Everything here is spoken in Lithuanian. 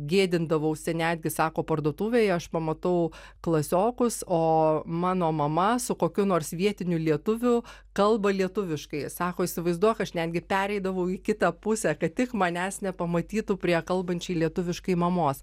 gėdindavausi netgi sako parduotuvėj aš pamatau klasiokus o mano mama su kokiu nors vietiniu lietuviu kalba lietuviškai sako įsivaizduok aš netgi pereidavau į kitą pusę kad tik manęs nepamatytų prie kalbančiai lietuviškai mamos